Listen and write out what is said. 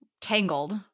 Tangled